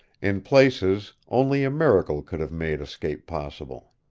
in places only a miracle could have made escape possible.